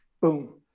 Boom